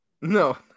No